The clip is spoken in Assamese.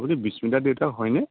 আপুনি বিস্মিতাৰ দেউতাক হয়নে